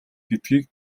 гэдгийг